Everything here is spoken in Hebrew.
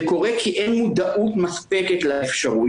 זה קורה כי אין מודעות מספקת לאפשרויות,